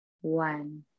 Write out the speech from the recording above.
one